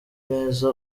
neza